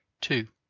two.